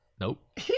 Nope